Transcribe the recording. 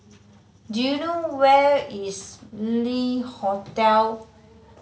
do you know where is Le Hotel